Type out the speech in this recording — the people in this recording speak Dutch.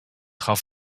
gaf